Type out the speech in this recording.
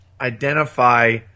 identify